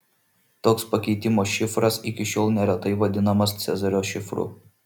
toks pakeitimo šifras iki šiol neretai vadinamas cezario šifru